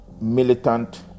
militant